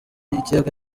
ikiyaga